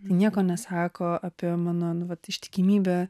nieko nesako apie mano ištikimybę